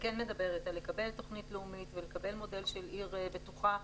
כן מדברת על לקבל תוכנית לאומית ולקבל מודל של עיר בטוחה.